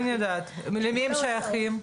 אני יודעת, למי הם שייכים?